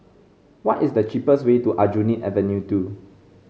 what is the cheapest way to Aljunied Avenue Two